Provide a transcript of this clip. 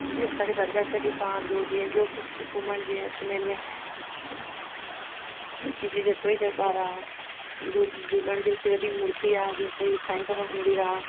छोकी असांखे दरगाह छॾे तव्हां ॿियो जीअं घुमणु जीअं अजमेर में हो जीअं हिकिड़ो ई दरबारु आहे जीअं झूलण जी उते वॾी मूर्ति आहे जीअं साईं सभा मंदरु आहे